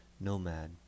Nomad